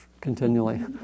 continually